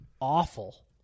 awful